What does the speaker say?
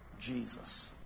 Jesus